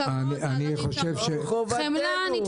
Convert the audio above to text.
כאילו --- חובתנו.